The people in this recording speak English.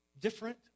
Different